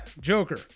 Joker